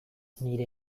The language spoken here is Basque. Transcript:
nire